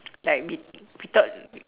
like we we thought